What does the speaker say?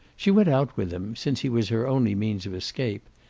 she went out with him, since he was her only means of escape,